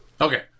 Okay